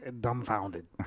dumbfounded